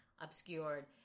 obscured